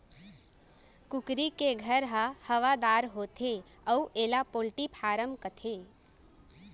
कुकरी के घर ह हवादार होथे अउ एला पोल्टी फारम कथें